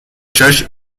church